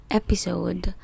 episode